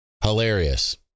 Hilarious